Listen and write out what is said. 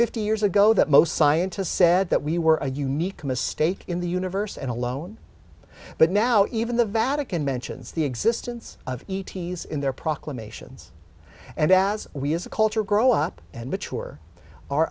fifty years ago that most scientists said that we were a unique a mistake in the universe and alone but now even the vatican mentions the existence of e t s in their proclamations and as we as a culture grow up and mature our